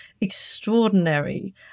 extraordinary